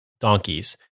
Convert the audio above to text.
donkeys